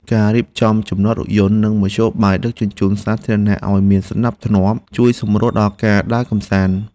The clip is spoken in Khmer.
ការរៀបចំចំណតរថយន្តនិងមធ្យោបាយដឹកជញ្ជូនសាធារណៈឱ្យមានសណ្តាប់ធ្នាប់ជួយសម្រួលដល់ការដើរកម្សាន្ត។